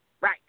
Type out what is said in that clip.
Right